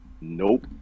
Nope